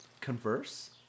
converse